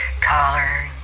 collar